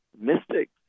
mystics